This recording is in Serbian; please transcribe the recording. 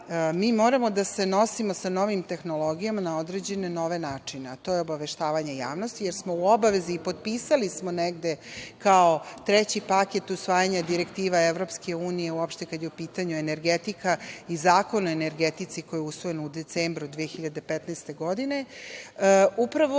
mi moramo da se nosimo sa novim tehnologijama na određene nove načine, a to je obaveštavanje javnosti, jer smo u obavezi i potpisali smo negde kao treći paket usvajanje direktiva EU uopšte kada je u pitanju energetika i Zakon o energetici koji je usvojen u decembru 2015. godine. Upravo